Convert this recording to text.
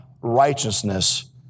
righteousness